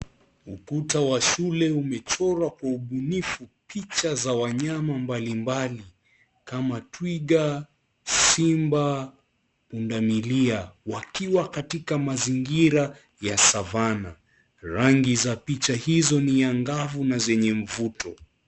Ukuta wa shule umechorwa kwa ubunifu picha za wanyama mbalimbali, kama twiga, simba, pundamilia wakiwa katika mazingira ya savannah. Rangi za picha hizo ni angavu na zenye mvuto.